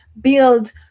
build